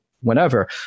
whenever